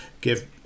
give